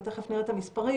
ותיכף נראה את המספרים,